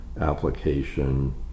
application